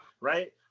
Right